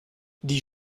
die